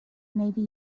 navy